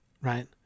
right